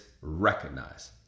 recognize